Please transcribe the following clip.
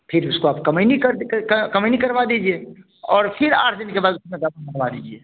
फिर उसको आप कमैनी कर्द कमीनी करवा दीजिए और फिर आठ दिन के बाद उसमें दवा मरवा दीजिए